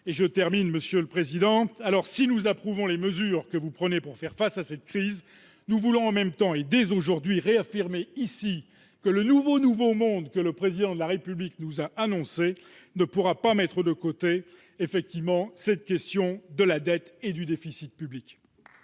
y a là un risque majeur. Si nous approuvons les mesures que vous prenez pour faire face à cette crise, nous voulons en même temps, dès aujourd'hui, réaffirmer ici que le nouveau « nouveau monde » que le Président de la République nous a annoncé ne pourra pas mettre de côté la question de la dette et du déficit public.